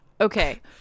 Okay